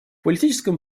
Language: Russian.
политическом